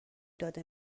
داده